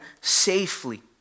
safely